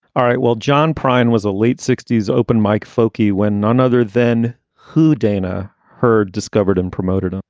all right, well, john prine was a late sixty s open mike folkie when none other than who dana heard, discovered and promoted ah